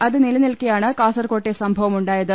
അത് നിലനിൽക്കെയാണ് കാസർക്കോട്ടെ സംഭവം ഉണ്ടായത്